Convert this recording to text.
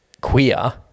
queer